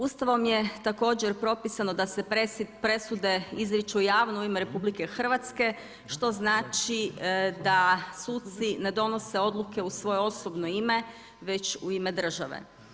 Ustavom je također propisano da se presude izriču javno u ime RH što znači da suci ne donose odluke u svoje osobno ime već u ime države.